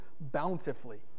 bountifully